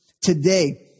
Today